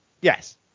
Yes